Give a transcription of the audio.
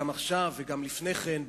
גם עכשיו וגם לפני כן,